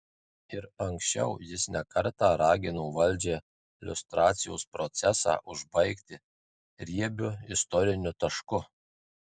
ir anksčiau jis ne kartą ragino valdžią liustracijos procesą užbaigti riebiu istoriniu tašku